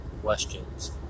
questions